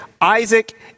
Isaac